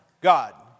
God